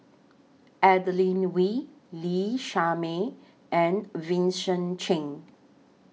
Adeline Lee Shermay and Vincent Cheng